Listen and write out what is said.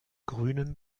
grünen